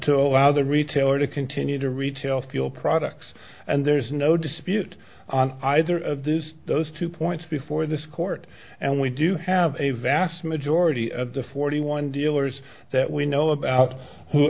to allow the retailer to continue to retail fuel products and there's no dispute on either of those those two points before this court and we do have a vast majority of the forty one dealers that we know about who